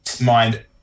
mind